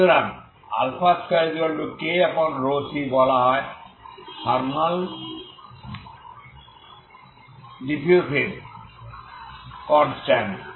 সুতরাং এই 2kρc বলা হয় থার্মাল ডিফ্ফুসিভ কনস্ট্যান্ট